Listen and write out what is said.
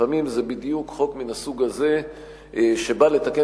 לפעמים זה בדיוק חוק מהסוג הזה שבא לתקן